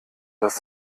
dass